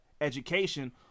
education